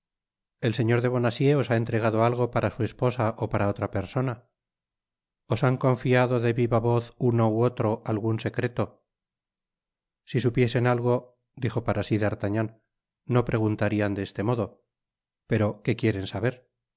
el señor de bonacieux os ha entregado algo para su esposa ó para otra persona os han confiado de viva voz uno ú otro algun secreto si supiesen algo dijo para si d'artagnan no preguntarian de este modo pero qué quieren saber